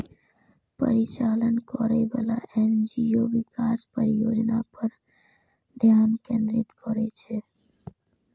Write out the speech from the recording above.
परिचालन करैबला एन.जी.ओ विकास परियोजना पर ध्यान केंद्रित करै छै